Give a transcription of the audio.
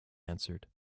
answered